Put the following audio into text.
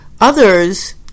Others